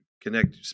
Connect